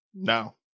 no